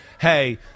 Hey